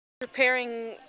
Preparing